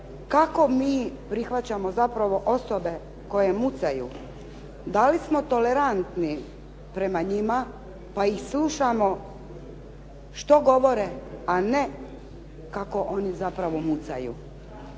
kako mi prihvaćamo zapravo osobe koje mucaju? Da li smo tolerantni prema njima pa ih slušamo što govore, a ne kako oni zapravo mucaju?